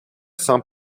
sans